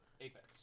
apex